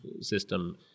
system